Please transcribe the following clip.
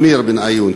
כן, עמיר בניון.